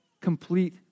complete